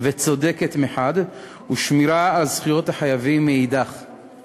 וצודקת מחד גיסא ושמירה על זכויות החייבים מאידך גיסא.